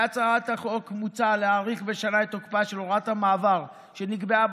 בהצעת החוק מוצע להאריך בשנה את תוקפה של הוראת המעבר שנקבעה